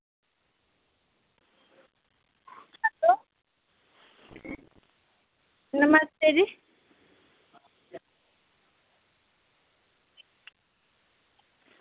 नमस्ते जी